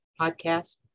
podcast